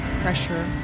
pressure